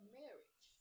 marriage